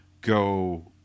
go